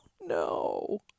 no